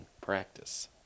practice